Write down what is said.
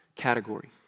category